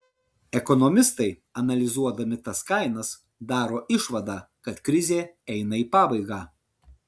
ekonomistai analizuodami tas kainas daro išvadą kad krizė eina į pabaigą